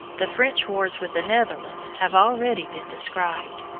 the french wars with the netherlands have already been described.